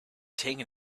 taken